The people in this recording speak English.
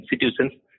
institutions